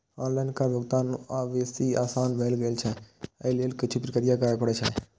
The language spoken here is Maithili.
आनलाइन कर भुगतान आब बेसी आसान भए गेल छै, अय लेल किछु प्रक्रिया करय पड़ै छै